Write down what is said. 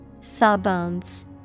Sawbones